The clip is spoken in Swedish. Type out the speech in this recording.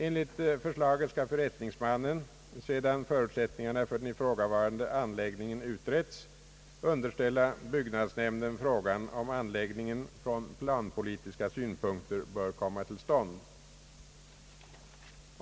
Enligt förslaget skall förrättningsmannen, sedan förutsättningarna för den ifrågavarande anläggningen utretts, underställa byggnadsnämnden frågan om anläggningen från planpolitiska synpunkter bör komma till stånd.